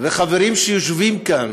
וחברים שיושבים כאן